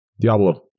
Diablo